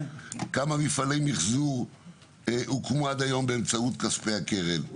כמה מפעלי מחזור הוקמו עד היום באמצעות כספי הקרן,